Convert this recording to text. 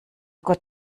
gott